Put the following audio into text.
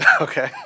Okay